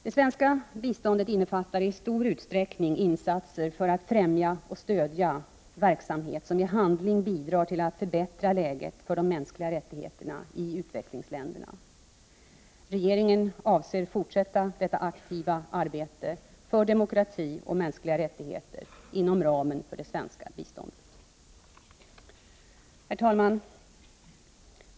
Det svenska biståndet innefattar i stor utsträckning insatser för att främja och stödja verksamhet, som i handling bidrar till att förbättra läget för de mänskliga rättigheterna i utvecklingsländerna. Regeringen avser att fortsätta detta aktiva arbete för demokrati och mänskliga rättigheter inom ramen för det svenska biståndet. Herr talman!